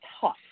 tough